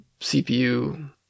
cpu